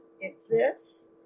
exists